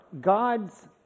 God's